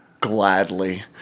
Gladly